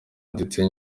ndetse